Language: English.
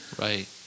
Right